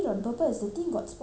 why you blaming me